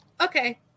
okay